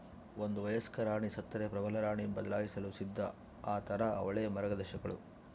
ಒಂದು ವಯಸ್ಕ ರಾಣಿ ಸತ್ತರೆ ಪ್ರಬಲರಾಣಿ ಬದಲಾಯಿಸಲು ಸಿದ್ಧ ಆತಾರ ಅವಳೇ ಮಾರ್ಗದರ್ಶಕಳು